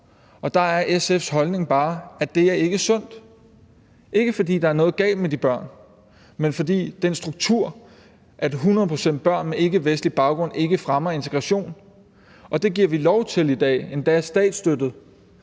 Og der er SF's holdning bare, at det ikke er sundt – ikke fordi der er noget galt med de børn, men fordi den struktur med 100 pct. børn med ikkevestlig baggrund ikke fremmer integrationen, men det giver vi lov til i dag, endda statsstøttet.